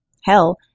Hell